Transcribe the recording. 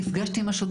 נפגשת עם השוטרים.